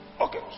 Okay